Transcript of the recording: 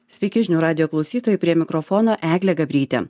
sveiki žinių radijo klausytojai prie mikrofono eglė gabrytė